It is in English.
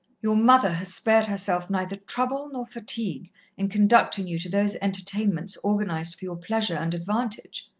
your mother has spared herself neither trouble nor fatigue in conducting you to those entertainments organized for your pleasure and advantage,